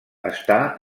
està